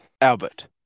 Albert